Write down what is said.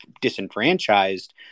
disenfranchised